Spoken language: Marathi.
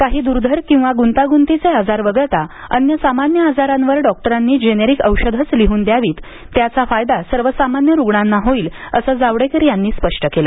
काही दुर्धर किंवा गुंतागुंतीचे आजार वगळता अन्य सामान्य आजारांवर डॉक्टरांनी जेनेरिक औषधच लिहून द्यावीत त्याचा फायदा सर्वसामान्य रुग्णांना होईल असं जावडेकर यांनी स्पष्ट केलं